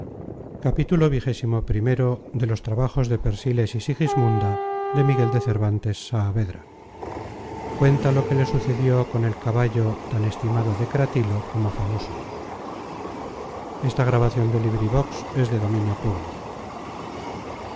cuenta lo que le sucedió con el caballo tan estimado de cratilo como famoso